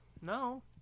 No